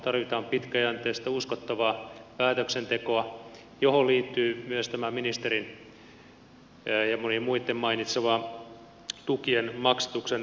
tarvitaan pitkäjänteistä uskottavaa päätöksentekoa johon liittyy myös tämä ministerin ja monien muitten mainitsema tukien maksatuksen aikataulutus